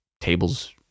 tables